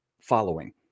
following